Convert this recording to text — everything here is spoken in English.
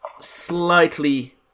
slightly